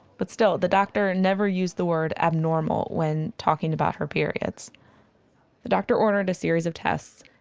but still, the doctor never used the word ab normal when talking about her periods the doctor ordered a series of tests.